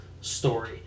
story